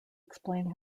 explain